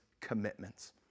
commitments